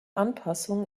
anpassung